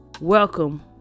Welcome